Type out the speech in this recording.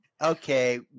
Okay